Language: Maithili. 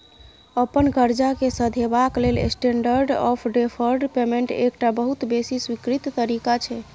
अपन करजा केँ सधेबाक लेल स्टेंडर्ड आँफ डेफर्ड पेमेंट एकटा बहुत बेसी स्वीकृत तरीका छै